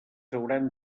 hauran